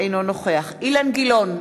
אינו נוכח אילן גילאון,